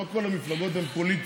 לא כל המפלגות הן פוליטיות,